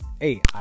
Hey